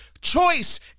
Choice